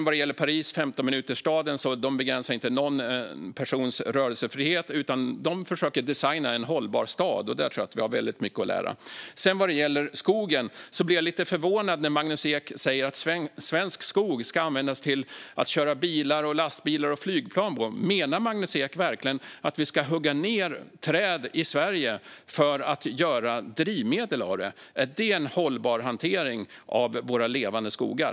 Vad gäller Paris som 15-minutersstad begränsar man ingen persons rörelsefrihet, utan man försöker designa en hållbar stad. Där tror jag att vi har väldigt mycket att lära. När det sedan gäller skogen blir jag lite förvånad när Magnus Ek säger att svensk skog ska användas till att köra bilar, lastbilar och flygplan på. Menar Magnus Ek verkligen att vi ska hugga ned träd i Sverige för att göra drivmedel av dem? Är det en hållbar hantering av våra levande skogar?